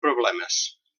problemes